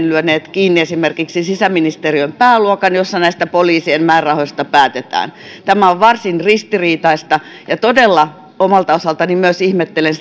lyöneet kiinni esimerkiksi sisäministeriön pääluokan jossa näistä poliisien määrärahoista päätetään tämä on varsin ristiriitaista ja omalta osaltani todella myös ihmettelen